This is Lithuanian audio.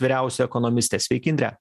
vyriausia ekonomistė sveiki indre